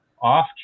off